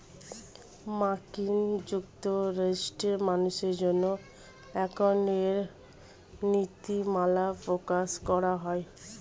মার্কিন যুক্তরাষ্ট্রে মানুষের জন্য অ্যাকাউন্টিং এর নীতিমালা প্রকাশ করা হয়